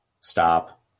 stop